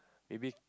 maybe